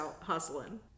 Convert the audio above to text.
hustling